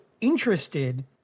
interested